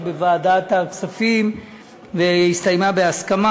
בוועדת הכספים הסתיים לפני דקות מספר והסתיים בהסכמה.